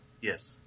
Yes